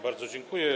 Bardzo dziękuję.